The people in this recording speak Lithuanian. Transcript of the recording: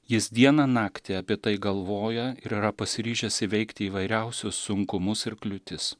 jis dieną naktį apie tai galvoja ir yra pasiryžęs įveikti įvairiausius sunkumus ir kliūtis